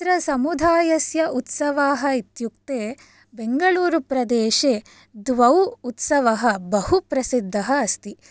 तत्र समुधायस्य उत्सवाः इत्युक्ते बेङ्गलूरु प्रदेशे द्वौ उत्सवः बहु प्रसिद्धः अस्ति